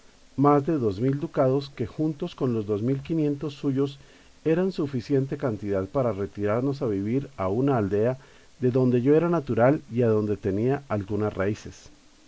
más de dos mil ducados que juntos con los dos mil y quinientos suyos eran suficiente cantidad para retirarnos a vivir a una aldea de donde yo era natural y adonde t enía algunas raíces